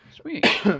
sweet